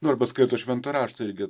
nu arba skaito šventą raštą irgi